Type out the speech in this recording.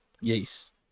Yes